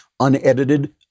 unedited